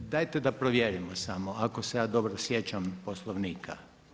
Dajte da provjerimo samo ako se ja dobro sjećam Poslovnika.